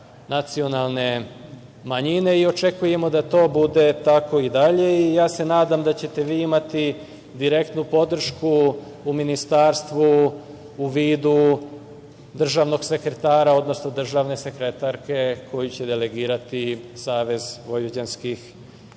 nacionalne manjine i očekujemo da to bude tako i dalje. Ja se nadam da ćete vi imati direktnu podršku u ministarstvu u vidu državnog sekretara, odnosno državne sekretarke koju će delegirati Savez vojvođanskih